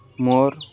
ମୋର୍